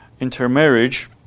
intermarriage